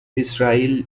israel